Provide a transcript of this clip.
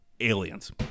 Aliens